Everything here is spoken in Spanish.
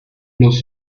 los